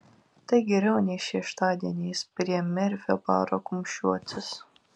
tai geriau nei šeštadieniais prie merfio baro kumščiuotis